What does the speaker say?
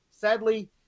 sadly